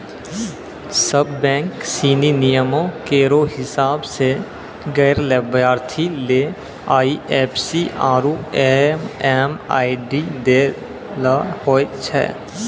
सब बैंक सिनी नियमो केरो हिसाब सें गैर लाभार्थी ले आई एफ सी आरु एम.एम.आई.डी दै ल होय छै